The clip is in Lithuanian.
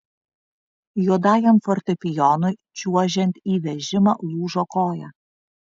juodajam fortepijonui čiuožiant į vežimą lūžo koja